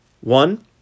One